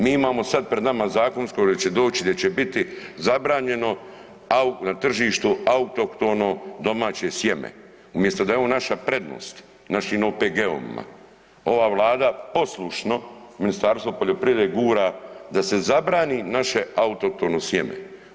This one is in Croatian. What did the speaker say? Mi imamo sad pred nama zakon koji će doć, gdje će biti zabranjeno na tržištu autohtono domaće sjeme, umjesto da je ovo naša prednost, našim OPG-ovima, ova vlada poslušno i Ministarstvo poljoprivrede gura da se zabrani naše autohtono sjeme.